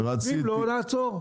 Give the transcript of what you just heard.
ואם לא נעצור.